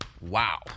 Wow